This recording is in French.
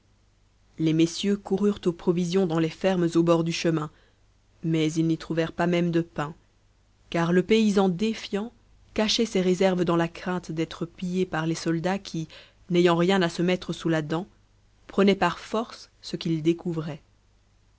les messieurs coururent aux provisions dans les fermes au bord du chemin mais ils n'y trouvèrent pas même de pain car le paysan défiant cachait ses réserves dans la crainte d'être pillé par les soldats qui n'ayant rien à se mettre sous la dent prenaient par force ce qu'ils découvraient